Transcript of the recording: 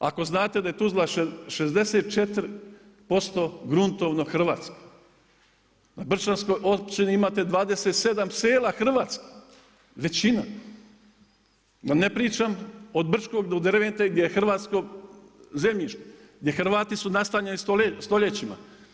Ako znate da je Tuzla 64% gruntovno hrvatska, u brčanskoj općini imate 27 sela hrvatskih, većina, a da ne pričam od Brčkog do Dervente gdje je hrvatsko zemljište, gdje Hrvati su nastanjeni stoljećima.